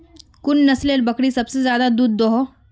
कुन नसलेर बकरी सबसे ज्यादा दूध दो हो?